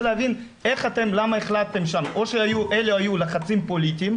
להבין למה החלטתם שם או שאלה היו לחצים פוליטיים,